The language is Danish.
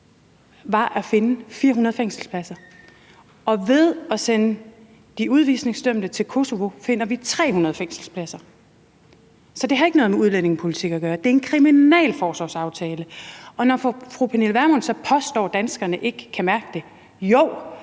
var at finde 400 fængselspladser, og ved at sende de udvisningsdømte til Kosovo finder vi 300 fængselspladser. Så det har ikke noget med udlændingepolitik at gøre. Det er en kriminalforsorgsaftale. Og når fru Pernille Vermund så påstår, at danskerne ikke kan mærke det,